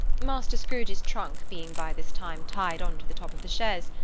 master scrooge's trunk being by this time tied on to the top of the chaise,